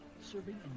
serving